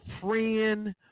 friend